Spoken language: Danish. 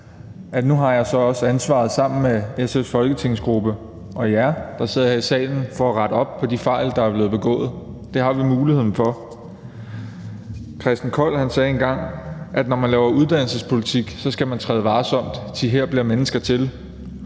jeg nu også har ansvaret sammen med SF's folketingsgruppe og jer, der sidder her i salen, for at rette op på de fejl, der er blevet begået. Det har vi muligheden for. Christen Kold sagde engang, at når man laver uddannelsespolitik, skal man træde varsomt, »thi her bliver mennesker til«,